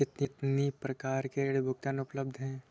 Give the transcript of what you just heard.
कितनी प्रकार के ऋण भुगतान उपलब्ध हैं?